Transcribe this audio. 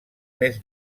més